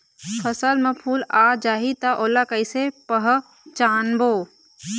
फसल म फूल आ जाही त ओला कइसे पहचानबो?